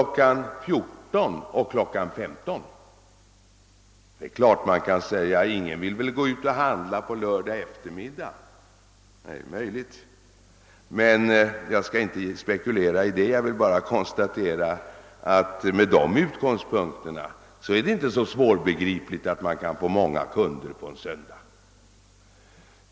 14.00 eller kl. 15.00. Det är klart att det kan sägas att ingen vill gå ut och handla på lördag eftermiddag. Det är möjligt; jag skall inte spekulera i det. Jag vill endast konstatera att med nu angivna utgångspunkter är det inte så svårbegripligt att man kan få många kunder på en söndag.